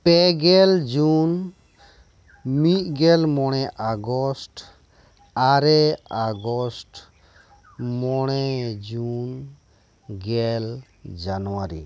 ᱯᱮᱜᱮᱞ ᱡᱩᱱ ᱢᱤᱫ ᱜᱮᱞ ᱢᱚᱬᱮ ᱟᱜᱚᱥᱴ ᱟᱨᱮᱟᱜᱚᱥᱴ ᱢᱚᱬᱮᱡᱩᱱ ᱜᱮᱞ ᱡᱟᱱᱩᱣᱟᱨᱤ